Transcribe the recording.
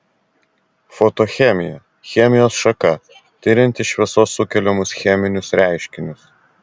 fotochemija chemijos šaka tirianti šviesos sukeliamus cheminius reiškinius